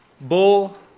Bull